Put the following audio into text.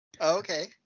Okay